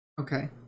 Okay